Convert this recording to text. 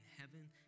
heaven